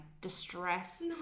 distress